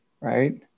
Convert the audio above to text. right